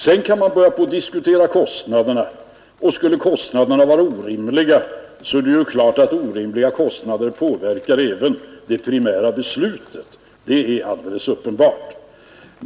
Sedan kan man börja på att diskutera kostnaderna och skulle kostnaderna vara orimliga, är det ju klart att orimliga kostnader påverkar även det primära beslutet. Det är alldeles uppenbart.